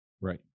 right